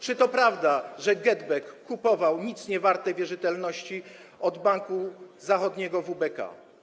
Czy to prawda, że GetBack kupował nic niewarte wierzytelności od Banku Zachodniego WBK?